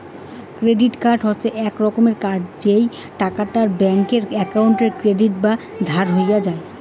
credit card হসে এক রকমের কার্ড যেই টাকাটা ব্যাঙ্ক একাউন্টে ক্রেডিট বা ধার হই যাই